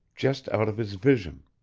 just out of his vision.